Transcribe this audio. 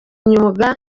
imyuga